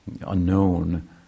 unknown